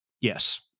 Yes